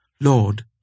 Lord